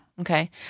Okay